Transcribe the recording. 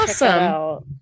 awesome